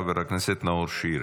חבר הכנסת נאור שירי.